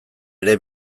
ere